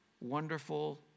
wonderful